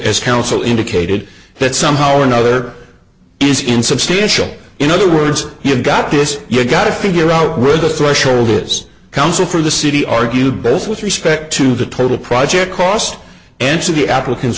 counsel indicated that somehow or another is insubstantial in other words you've got this you've got to figure out where the threshold is counsel for the city argued both with respect to the total project cost answer the applicants